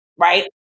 right